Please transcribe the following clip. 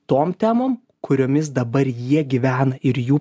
tom temom kuriomis dabar jie gyvena ir jų